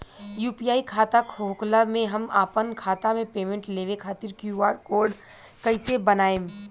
UPI खाता होखला मे हम आपन खाता मे पेमेंट लेवे खातिर क्यू.आर कोड कइसे बनाएम?